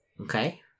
Okay